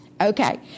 Okay